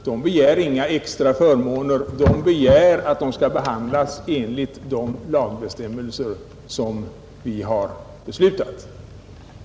De begär inga extra förmåner — de begär att få bli behandlade enligt de lagbestämmelser som vi har beslutat införa.